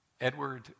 Edward